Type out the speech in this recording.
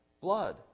blood